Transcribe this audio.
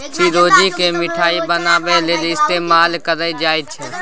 चिरौंजी केँ मिठाई बनाबै लेल इस्तेमाल कएल जाई छै